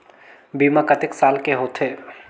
बीमा कतेक साल के होथे?